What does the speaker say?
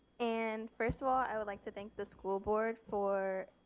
and first of all i would like to thank the school board for,